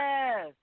Yes